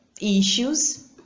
issues